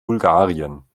bulgarien